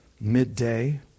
Midday